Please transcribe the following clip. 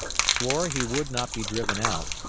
swore he would not be driven out,